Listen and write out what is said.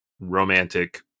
romantic